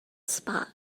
spot